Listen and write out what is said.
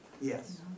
Yes